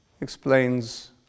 explains